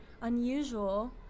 unusual